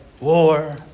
war